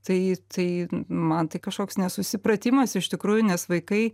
tai tai man tai kažkoks nesusipratimas iš tikrųjų nes vaikai